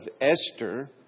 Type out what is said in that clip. Esther